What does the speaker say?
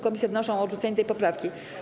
Komisje wnoszą o odrzucenie tej poprawki.